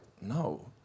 no